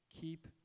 Keep